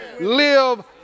live